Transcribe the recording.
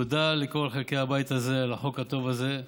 תודה לכל חלקי הבית הזה על החוק הטוב הזה,